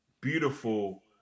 beautiful